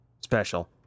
special